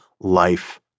life